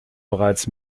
bereits